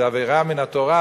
זו עבירה מן התורה,